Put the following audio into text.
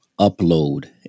upload